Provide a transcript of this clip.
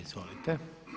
Izvolite.